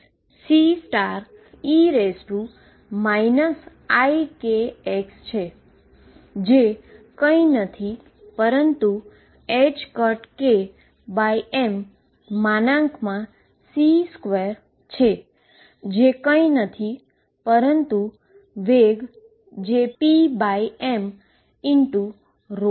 જે કંઈ નથી પરંતુ ℏkmC2 છે જે કંઈ નથી પરંતુ વેલોસીટી જે pm ρ છે